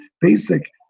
basic